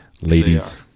ladies